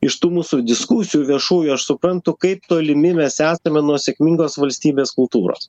iš tų mūsų diskusijų viešųjų aš suprantu kaip tolimi mes esame nuo sėkmingos valstybės kultūros